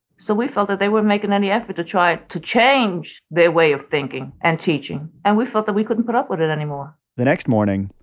so we felt that they weren't making any effort to try to change their way of thinking and teaching. and we felt that we couldn't put up with it anymore the next morning,